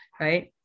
right